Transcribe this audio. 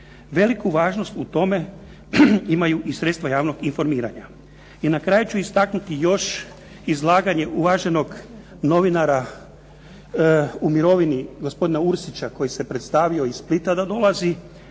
Veliku važnost u tome imaju i sredstva javnog informiranja. I na kraju ću istaknuti još izlaganje uvaženog novinara u mirovini, gospodina Ursića koji se predstavio iz Splita da dolazi,